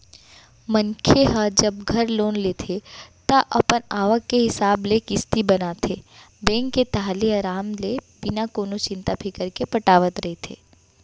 मनखे ह जब घर लोन लेथे ता अपन आवक के हिसाब ले किस्ती बनाथे बेंक के ताहले अराम ले बिना कोनो चिंता फिकर के पटावत रहिथे